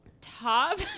top